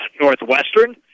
Northwestern